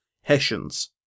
Hessians